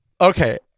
Okay